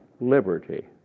liberty